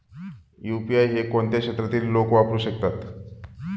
UPI हे कोणत्या क्षेत्रातील लोक वापरू शकतात?